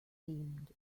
themed